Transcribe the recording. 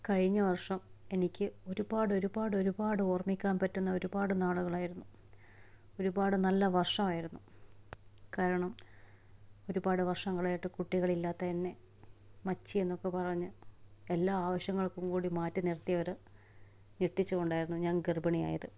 കഴിഞ്ഞ വർഷം എനിക്ക് ഒരുപാട് ഒരുപാട് ഒരുപാട് ഓർമ്മിക്കാൻ പറ്റുന്ന ഒരുപാട് നാളുകളായിരുന്നു ഒരുപാട് നല്ല വർഷമായിരുന്നു കാരണം ഒരുപാട് വർഷങ്ങളായിട്ട് കുട്ടികളില്ലാത്ത എന്നെ മച്ചി എന്നൊക്കെ പറഞ്ഞ് എല്ലാ ആവശ്യങ്ങൾക്കും കൂടി മാറ്റിനിർത്തിയവരെ ഞെട്ടിച്ചു കൊണ്ടായിരുന്നു ഞാൻ ഗർഭിണിയായത്